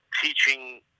teaching